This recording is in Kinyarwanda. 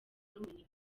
n’ubumenyi